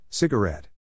Cigarette